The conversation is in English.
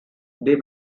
they